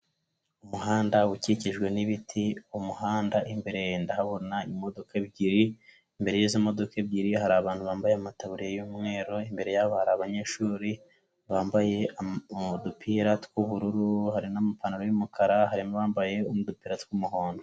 Umuhanda ukikijwe n'ibiti, ku muhanda imbere ndahabona imodoka ebyiri, imbere y'imodoka ebyiri hari abantu bambaye amataburi y'umweru, imbere y'aba abanyeshuri bambaye udupira tw'ubururu hari n'amapantaro y'umukara, harimo abambaye udupira tw'umuhondo.